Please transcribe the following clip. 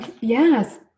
Yes